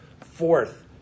Fourth